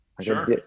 sure